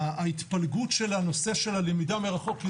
ההתפלגות של הנושא של הלמידה מרחוק היא